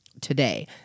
today